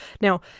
Now